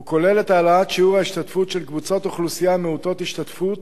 הוא כולל את העלאת שיעור ההשתתפות של קבוצות אוכלוסייה מעוטות השתתפות,